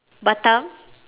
Batam